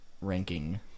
ranking